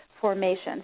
formation